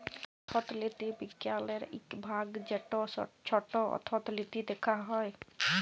অথ্থলিতি বিজ্ঞালের ইক ভাগ যেট ছট অথ্থলিতি দ্যাখা হ্যয়